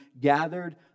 gathered